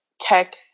tech